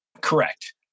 Correct